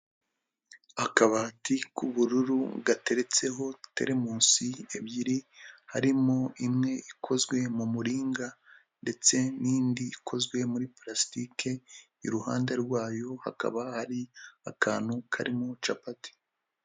Akabati k'ubururu gateretseho teremusi ebyiri, harimo imwe ikozwe mu muringa ndetse n'indi ikozwe muri purasitike, iruhande rwayo hakaba hari akantu karimo capati.